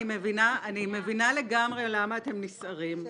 אני מבינה לגמרי למה אתם נסערים,